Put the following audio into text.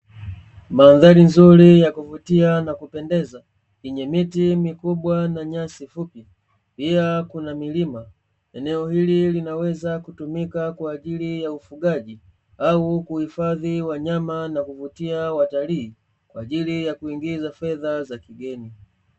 Mandhari nzuri ya kuvutia na kupendeza yenye miti mikubwa na nyasi fupi, pia kuna milima. Eneo hili linaweza kutumika kwa ajili ya ufugaji au kuhifadhi wanyama na kuvutia watalii, kwa ajili ya kuingiza fedha za kigeni.